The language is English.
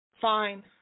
Fine